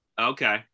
Okay